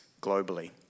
globally